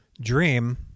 dream